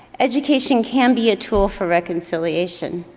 education can be a tool for reconciliation.